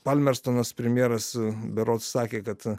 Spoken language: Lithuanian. palmerstonas premjeras berods sakė kad